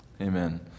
Amen